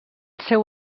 seu